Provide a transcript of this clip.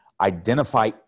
identify